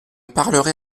parlerai